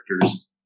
characters